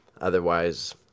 Otherwise